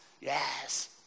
yes